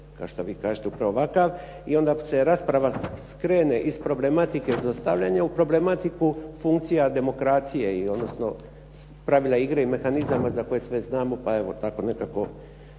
i onda se rasprava skrene iz problematike zlostavljanja u problematiku funkcija demokracije i odnosno, pravila igre i mehanizama za koje sve znamo, pa evo tako nekako